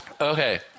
Okay